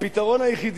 הפתרון היחידי,